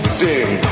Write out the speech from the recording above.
ding